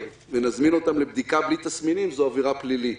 ונזמין אותם לבדיקה בלי תסמינים זו עבירה פלילית.